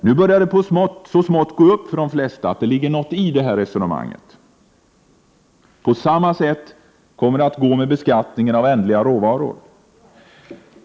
Nu börjar det så smått att gå upp för de flesta att det ligger något i detta resonemang. På samma sätt kommer det att gå med beskattningen av ändliga råvaror.